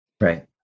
Right